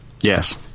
Yes